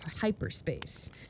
hyperspace